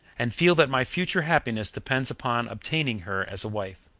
and feel that my future happiness depends upon obtaining her as a wife.